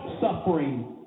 suffering